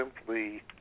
simply